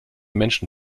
menschen